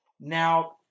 Now